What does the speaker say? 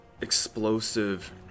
explosive